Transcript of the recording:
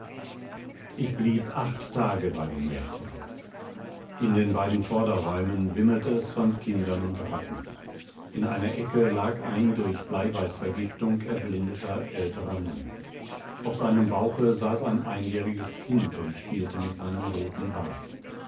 ich blieb acht tage bei dem mädchen in den beiden vorderräumen wimmelte es von kindern und ratten in einer ecke lag ein durch bleiweißvergiftung erblindeter älterer mann auf seinem bauche saß ein einjähriges kind und spielte mit seinem roten bart